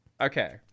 Okay